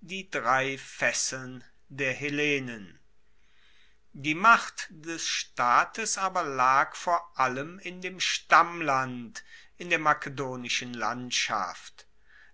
die drei fesseln der hellenen die macht des staates aber lag vor allem in dem stammland in der makedonischen landschaft